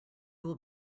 will